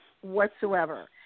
whatsoever